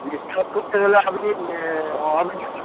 restart করতে গেলে আমপি আমি